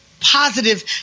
positive